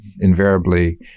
invariably